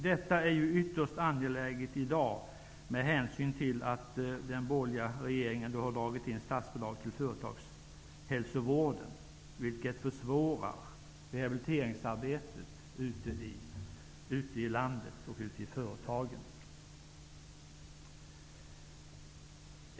Det är ytterst angeläget i dag med häsyn till att den borgerliga regeringen har dragit in statsbidrag till företagshälsovården, vilket försvårar rehabiliteringsarbetet ute i landet och i företagen.